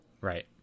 Right